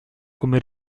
come